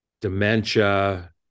dementia